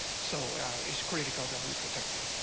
so it's critical that we protect um